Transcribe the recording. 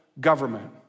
government